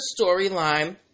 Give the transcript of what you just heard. storyline